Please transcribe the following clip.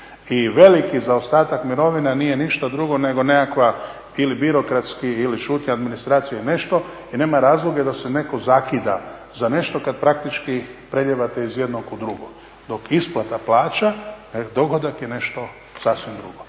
I veliki zaostatak mirovina nije ništa drugo nego nekakva ili birokratski ili šutnja administracije ili nešto i nema razloga da se netko zakida za nešto kad praktički prelijevate iz jednog u drugo. Dok isplata plaća, dohodak je nešto sasvim drugo.